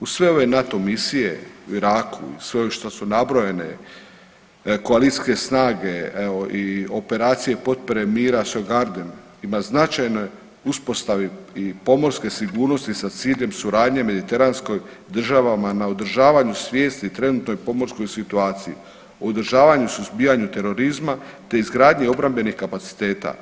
U sve ove NATO misije u Iraku i sve ovo što su nabrojene koalicijske snage i operacije potpore mira Sea Guardian ima značajne uspostave i pomorske sigurnosti sa ciljem suradnje u mediteranskim državama na održavanju svijesti i trenutnoj pomorskoj situaciji, u održavanju suzbijanja terorizma te izgradnji obrambenih kapaciteta.